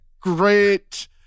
great